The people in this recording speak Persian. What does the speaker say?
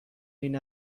این